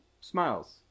smiles